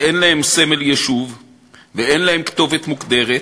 שאין להם סמל יישוב ואין להם כתובת מוגדרת,